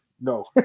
No